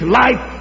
life